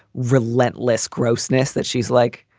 relentless grossness that she's like,